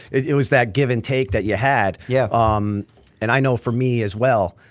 it it was that give and take that you had yeah um and i know for me as well,